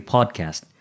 Podcast